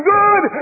good